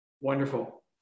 Wonderful